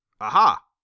Aha